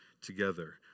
together